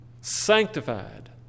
sanctified